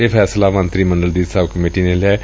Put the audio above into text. ਇਹ ਫੈਸਲਾ ਮੰਤਰੀ ਮੰਡਲ ਦੀ ਸਬ ਕਮੇਟੀ ਨੇ ਲਿਐ